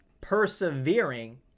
persevering